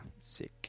sick